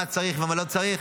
מה צריך ומה לא צריך,